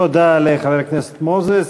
תודה לחבר הכנסת מוזס.